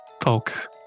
folk